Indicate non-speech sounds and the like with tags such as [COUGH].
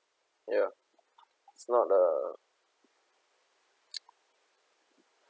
ya it's not a [NOISE]